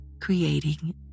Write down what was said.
creating